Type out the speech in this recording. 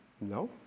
No